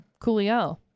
coolio